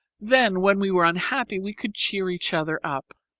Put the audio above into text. then when we were unhappy we could cheer each other up.